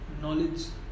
knowledge